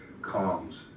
comms